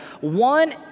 One